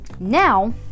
Now